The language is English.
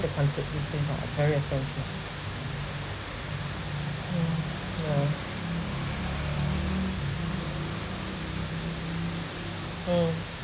the concert tickets are very expensive mm yeah mm